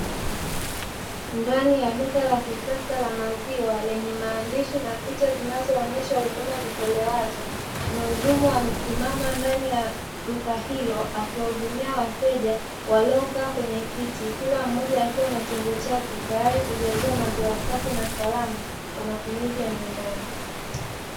Ndani ya duka la kisasa la maziwa lenye maandishi na picha zinazoonesha huduma zitolewazo, muhudumu amesimama ndani ya duka hilo akiwahudumia wateja waliokaa kwenye kiti, kila mmoja akiwa na chombo chake tayari kwa kujaziwa maziwa safi na salama kwa matumizi ya nyumbani.